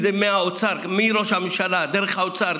מראש הממשלה דרך האוצר,